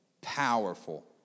powerful